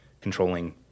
controlling